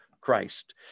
Christ